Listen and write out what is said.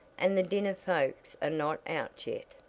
and the dinner folks are not out yet.